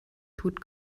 tut